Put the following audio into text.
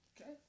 Okay